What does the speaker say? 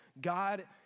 God